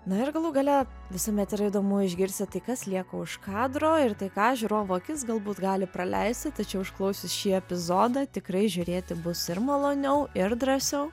na ir galų gale visuomet yra įdomu išgirsti tai kas lieka už kadro ir tai ką žiūrovų akis galbūt gali praleisti tačiau išklausius šį epizodą tikrai žiūrėti bus ir maloniau ir drąsiau